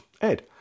ed